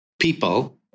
people